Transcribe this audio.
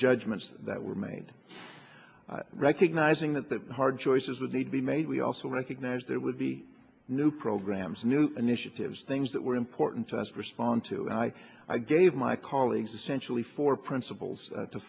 judgments that were made recognizing that the hard choices would need be made we also recognize that would be new programs new initiatives things that were important to us respond to and i i gave my colleagues essentially four principles to